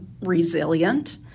resilient